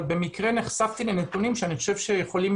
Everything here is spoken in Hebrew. אבל במקרה נחשפתי לנתונים שאני חושב שיכולים